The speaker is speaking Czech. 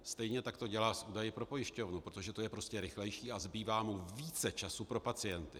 Stejně tak to dělá s údaji pro pojišťovnu, protože to je prostě rychlejší a zbývá mu více času pro pacienty.